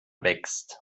wächst